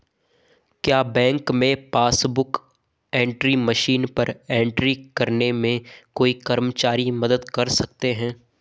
क्या बैंक में passbook book entry machine पर एंट्री करने में कोई कर्मचारी मदद कर सकते हैं?